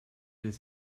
this